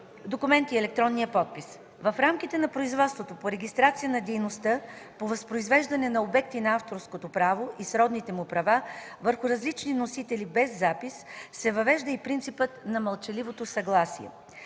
документ и електронния подпис. В рамките на производството по регистрация на дейността по възпроизвеждане на обекти на авторското право и сродните му права върху различни носители без запис, се въвежда и принципът на мълчаливото съгласие.